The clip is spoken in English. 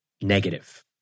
negative